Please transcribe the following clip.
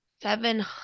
seven